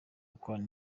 gukorana